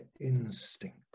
instinct